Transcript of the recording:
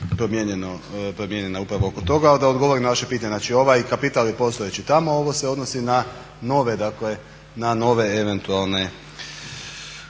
promijenjena upravo oko toga. Da odgovorim na vaše pitanje, znači ovaj kapital je postojeći tamo, ovo se odnosi na nove eventualne